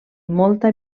molta